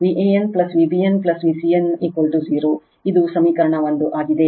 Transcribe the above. Van Vbn Vcn 0 ಇದು ಸಮೀಕರಣ 1 ಆಗಿದೆ